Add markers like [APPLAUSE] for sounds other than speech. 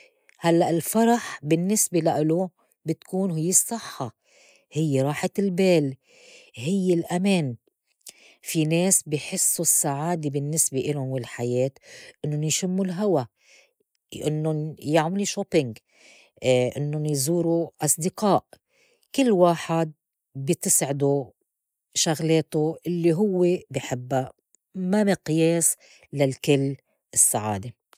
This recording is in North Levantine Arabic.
هلّأ الفرح بالنّسبة لإلو بتكون هيّ الصحّة، هيّ راحت البال، هيّ الأمان، في ناس بي حسّوا السّعادة بالنسبة إلُن والحياة إنُّن يشمّوا الهوا، إنُّن يعملوا شوبينغ، [HESITATION] إنُّن يزوروا أصدقاء، كل واحد بتسعدو شغلاتو اللّي هو بي حبّا ما مقياس للكل السّعادة. [NOISE]